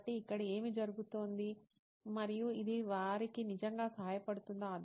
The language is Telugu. కాబట్టి ఇక్కడ ఏమి జరుగుతోంది మరియు ఇది వారికి నిజంగా సహాయపడుతుందా